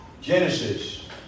Genesis